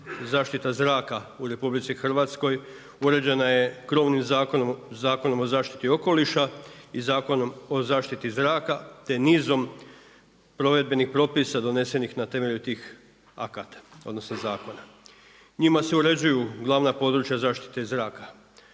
Zaštita zraka u RH uređena je krovnim zakonom, Zakonom o zaštiti okoliša i Zakonom o zaštiti zraka te nizom provedbenim propisa donesenih na temelju tih akata odnosno zakona. Njima se uređuju glavna područja zaštite i zraka,